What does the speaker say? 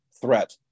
threat